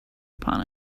upon